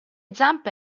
zampe